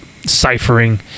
ciphering